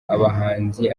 abahanzi